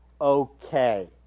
okay